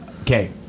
Okay